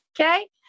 Okay